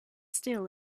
still